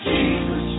Jesus